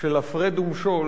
של הפרד ומשול